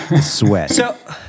sweat